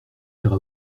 faire